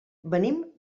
venim